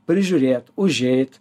prižiūrėti užeiti